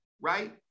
right